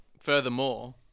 furthermore